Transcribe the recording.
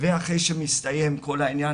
ואחרי שמסתיים כל העניין,